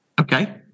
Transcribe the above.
Okay